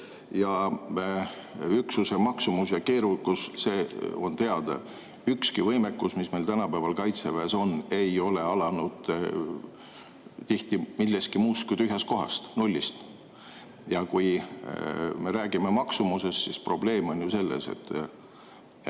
Üksuse maksumus ja keerukus on teada. Ükski võimekus, mis meil tänapäeval Kaitseväes on, ei ole alanud millestki muust kui tühjast kohast, nullist. Ja kui me räägime maksumusest, siis probleem on ju selles, et